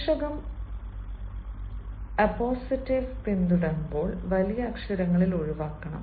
ശീർഷകം അപ്പോസിറ്റീവ് പിന്തുടരുമ്പോൾ വലിയ അക്ഷരങ്ങളിൽ ഒഴിവാക്കണം